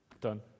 done